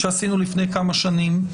אותה עשינו לפני כמה שנים,